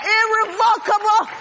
irrevocable